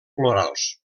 florals